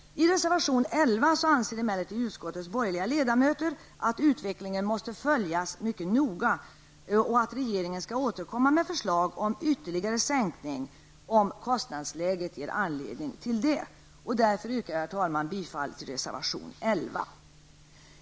I reservation 11 säger emellertid utskottets borgerliga ledamöter att utvecklingen måste följas mycket noga och att regeringen skall återkomma med förslag om ytterligare sänkning om kostnadsläget ger anledning till det. Därför yrkar jag bifall till reservation 11.